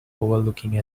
overlooking